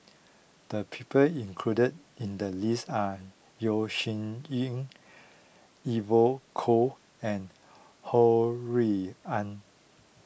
the people included in the list are Yeo Shih Yun Evon Kow and Ho Rui An